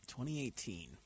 2018